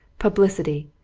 publicity!